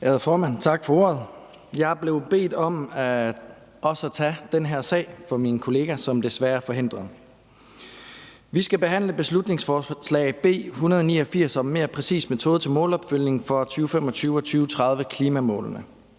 Jeg er blevet bedt om også at tage den her sag for min kollega, som desværre er forhindret. Vi skal behandle beslutningsforslag B 189 om en mere præcis metode til målopfyldningen for 2025- og 2030-klimamålene.